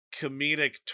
comedic